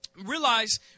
Realize